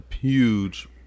huge